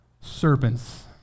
Serpents